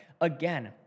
again